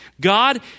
God